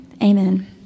Amen